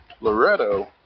Loretto